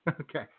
Okay